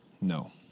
no